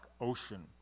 ocean